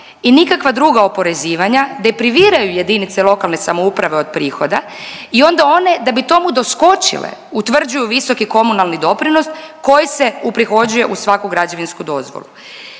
i nikakva druga oporezivanja depriviraju jedinice lokalne samouprave od prihoda i onda one da bi tomu doskočile utvrđuju visoki komunalni doprinos koji se uprihođuje u svaku građevinsku dozvolu.